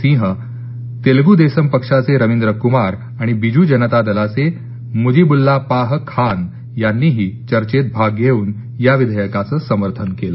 सिंह तेलगू देसम पक्षाचे रवींद्र कुमार आणि बिजू जनता दलाचे मूजीबूल्लापाह खान यांनीही चर्चेत भाग घेऊन या विधेयकाचे समर्थन केलं